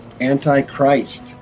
anti-Christ